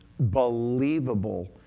believable